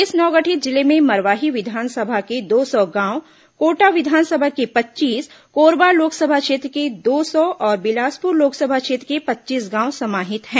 इस नवगठित जिले में मरवाही विधानसभा के दो सौ गांव कोटा विधानसभा के पच्चीस कोरबा लोकसभा क्षेत्र के दो सौ और बिलासपुर लोकसभा क्षेत्र के पच्चीस गांव समाहित हैं